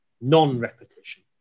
non-repetition